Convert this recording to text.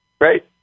Great